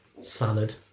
salad